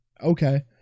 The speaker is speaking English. okay